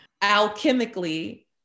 alchemically